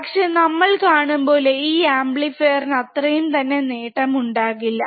പക്ഷെ നമ്മൾ കാണുമ്പ്പോലെ ഈ അമ്പ്ലിഫീറിൽ അത്രയും തന്നെ നേട്ടം ഉണ്ടാകില്ല